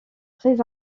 très